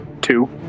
Two